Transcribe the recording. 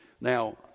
Now